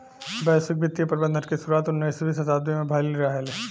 वैश्विक वित्तीय प्रबंधन के शुरुआत उन्नीसवीं शताब्दी में भईल रहे